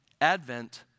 Advent